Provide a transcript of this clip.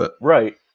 Right